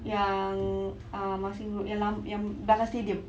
yang err marsiling road yang lam~ yang belakang stadium